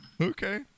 Okay